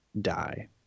die